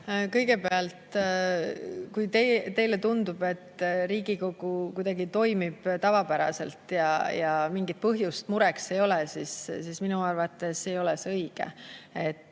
Kõigepealt, kui teile tundub, et Riigikogu toimib tavapäraselt ja mingit põhjust mureks ei ole, siis minu arvates ei ole see õige.